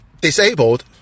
Disabled